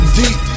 deep